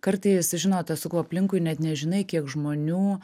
kartais žinot sakau aplinkui net nežinai kiek žmonių